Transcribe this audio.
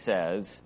says